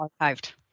archived